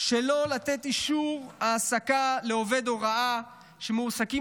שלא לתת אישור העסקה לעובדי הוראה שמועסקים